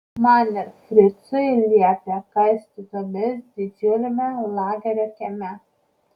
man ir fricui liepė kasti duobes didžiuliame lagerio kieme